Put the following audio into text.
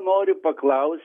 noriu paklaust